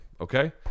okay